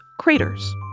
craters